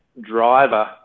driver